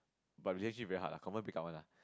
but relationship very hard lah confirm break up one ah